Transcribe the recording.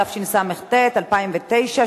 התשע"א 2011,